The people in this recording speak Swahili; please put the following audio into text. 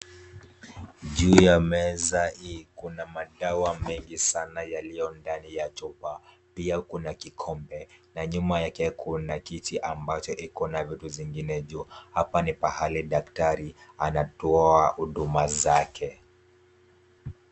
Juu ya meza hii kuna madawa mengi sana yaliyo ndani ya chupa. Pia kuna kikombe na nyuma yake kuna viti ambacho ikona vitu zingine juu. Hapa ni pahali daktari anatoa huduma zake.